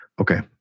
Okay